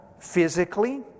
physically